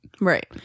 Right